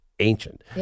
ancient